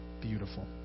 beautiful